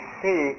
see